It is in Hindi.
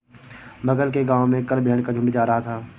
बगल के गांव में कल भेड़ का झुंड जा रहा था